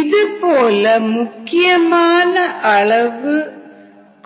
இதுபோல் முக்கியமான அளவு